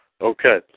okay